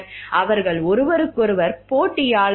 அவர்கள் ஒருவருக்கொருவர் போட்டியாளர்களா